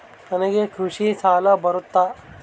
ನನಗೆ ಕೃಷಿ ಸಾಲ ಬರುತ್ತಾ?